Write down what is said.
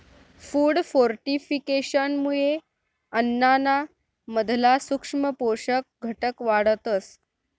food फोर्टिफिकेशनमुये अन्नाना मधला सूक्ष्म पोषक घटक वाढतस